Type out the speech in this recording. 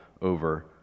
over